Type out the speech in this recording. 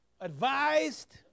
advised